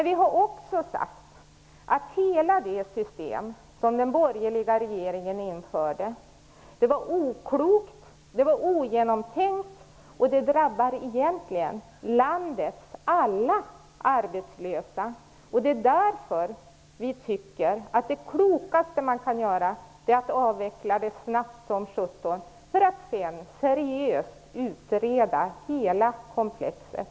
Vi har också sagt att hela det system som den borgerliga regeringen införde var oklokt, ogenomtänkt och drabbar landets alla arbetslösa. Därför tycker vi att det klokaste man kan göra är att avveckla det snabbt som sjutton för att sedan seriöst utreda hela komplexet.